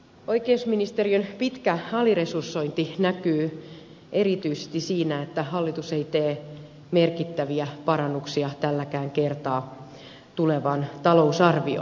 oikeusministeriön pitkä aliresursointi näkyy erityisesti siinä että hallitus ei tee merkittäviä parannuksia tälläkään kertaa tulevaan talousarvioon